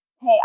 Hey